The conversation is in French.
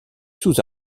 sous